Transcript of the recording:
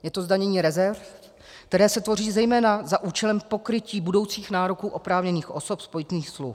Je to zdanění rezerv, které se tvoří zejména za účelem pokrytí budoucích nároků oprávněných osob z pojistných smluv.